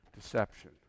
Deception